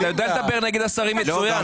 אתה יודע לדבר נגד השרים מצוין.